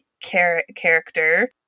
character